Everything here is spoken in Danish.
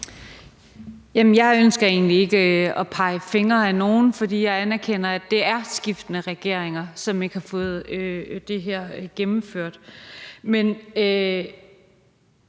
Jeg ønsker egentlig ikke at pege fingre ad nogen, for jeg anerkender, at det er skiftende regeringer, som ikke har fået det her gennemført.